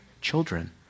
children